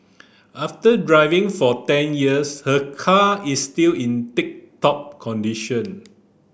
after driving for ten years her car is still in tip top condition